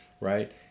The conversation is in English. right